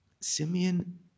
Simeon